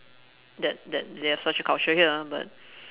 that that they have such a culture here ah but